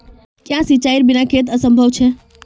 क्याँ सिंचाईर बिना खेत असंभव छै?